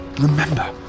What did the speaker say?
Remember